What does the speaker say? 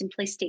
simplistic